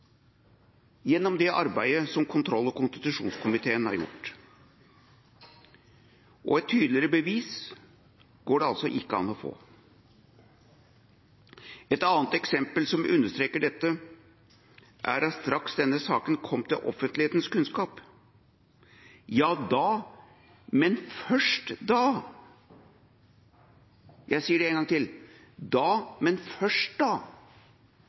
gjennom det arbeidet som kontroll- og konstitusjonskomiteen har gjort. Et tydeligere bevis går det altså ikke an å få. Et annet eksempel som understreker dette, er at straks denne saken kom til offentlighetens kunnskap, da, men først da – jeg sier det én gang til: da, men først da